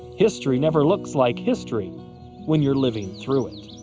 history never looks like history when you are living through it.